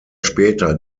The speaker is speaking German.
später